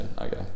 Okay